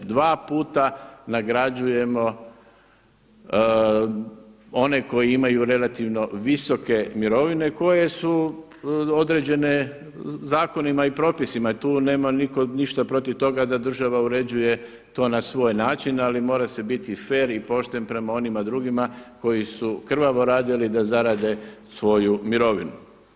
Dva puta nagrađujemo one koji imaju relativno visoke mirovine koje su određene zakonima i propisima i tu nema nitko ništa protiv toga da država uređuje to na svoj način, ali mora se biti fer i pošten prema onima drugima koji su krvavo radili da zarade svoju mirovinu.